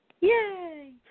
Yay